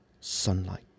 sunlight